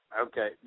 Okay